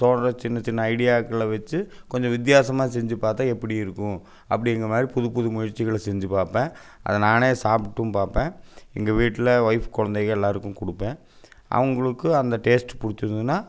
தோணுகிற சின்னச் சின்ன ஐடியாக்களை வச்சு கொஞ்சம் வித்தியாசமாக செஞ்சு பார்த்தா எப்படி இருக்கும் அப்படிங்குற மாதிரி புதுப் புது முயற்சிகளை செஞ்சு பார்ப்பேன் அதை நானே சாப்பிட்டும் பார்ப்பேன் எங்கள் வீட்டில் ஒய்ஃப் குழந்தைங்க எல்லாேருக்கும் கொடுப்பேன் அவங்குளுக்கு அந்த டேஸ்ட் பிடிச்சுதுனா